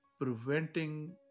preventing